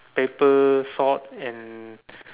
paper sword and